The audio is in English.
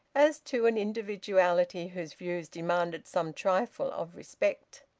as to an individuality whose views demanded some trifle of respect.